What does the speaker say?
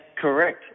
correct